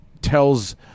tells